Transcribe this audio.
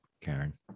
Karen